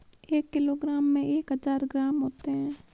एक किलोग्राम में एक हज़ार ग्राम होते हैं